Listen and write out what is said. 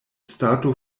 stato